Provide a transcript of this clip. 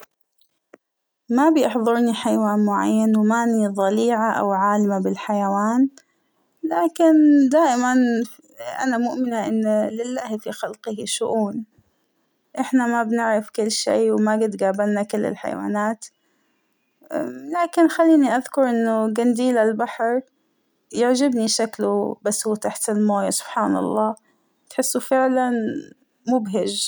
ما بيحضرنى حيوان معين ومأنى ضليعة أو عالمة بالحيوان ، لكن دائماً فاا- أنا مؤمنه إن لله فى خلقة شؤون ،إحنا ما بنعرف كل شى وما جيت قابلنا كل الحيوانات ، ام- لكن خلينى أذكر إنه جنديل البحر يعجبنى شكله بس وهو تحت الماى تحسه فعلاً مبهج.